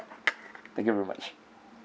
thank you very much